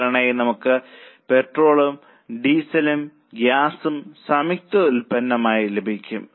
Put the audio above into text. സാധാരണയായി നമുക്ക് പെട്രോളും ഡീസലും ഗ്യാസും സംയുക്ത ഉൽപ്പന്നങ്ങളായി ലഭിക്കും